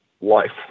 life